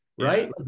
right